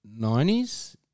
90s